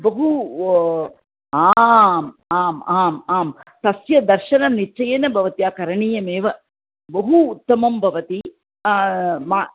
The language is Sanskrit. बहु आम् आम् आम् आं तस्य दर्शनं निश्चयेन भवत्या करणीयमेव बहु उत्तमं भवति म